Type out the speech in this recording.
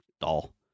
doll